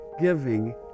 giving